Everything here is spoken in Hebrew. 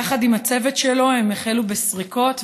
יחד עם הצוות שלו הם החלו בסריקות,